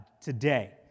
today